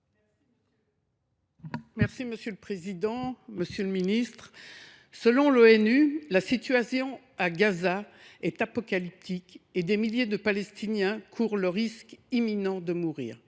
Monsieur le président, monsieur le ministre, mes chers collègues, selon l’ONU, la situation à Gaza est apocalyptique et des milliers de Palestiniens courent le risque imminent de mourir.